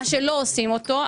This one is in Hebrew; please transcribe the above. מה שלא עושים אותו.